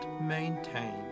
maintain